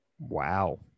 Wow